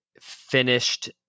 finished